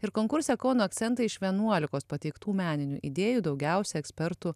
ir konkurse kauno akcentai iš vienuolikos pateiktų meninių idėjų daugiausia ekspertų